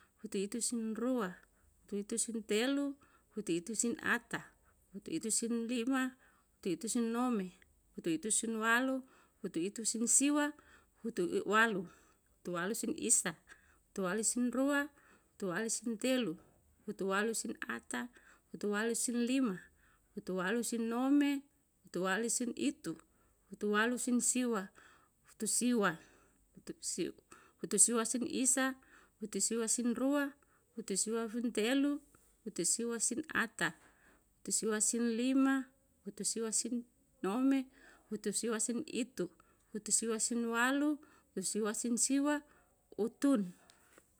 Utuitu sin rua. utuitu sin telu, utuitu sin ata, utuitu sin lima, utuitu sin nome, utuitu sin walu, utuitu sin siwa, utuwalu. Utuwalu sin isa, utuwalu sin rua. utuwalu sin telu, utuwalu sin ata, utuwalu sin lima, utuwalu sin nome, utuwalu sin itu, utuwalu sin siwa, utusiwa. Utusiwa sin isa, utuwalu sin rua, utuwalu sin telu, utuwalu sin sin ata, utuwalu sin sin lima, utuwalu sin nome, utuwalu sin itu, utuwalu sin walu, utuwalu sin siwa utun.